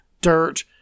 dirt